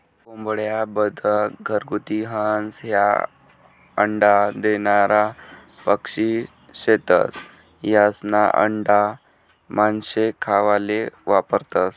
कोंबड्या, बदक, घरगुती हंस, ह्या अंडा देनारा पक्शी शेतस, यास्ना आंडा मानशे खावाले वापरतंस